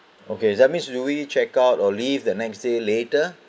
okay is that means do we check out early and the next day later